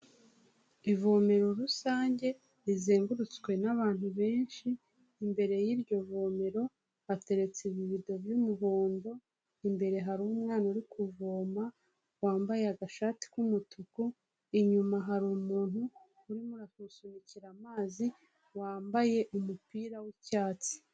Ivomero rusange, rizengurutswe n'abantu benshi, imbere y'iryo vomero hateretse ibibido by'umuhondo, imbere hari umwana uri kuvoma, wambaye agashati k'umutuku, inyuma hari umuntu, urimo urasunikira amazi wambaye umupira w'icyatsi.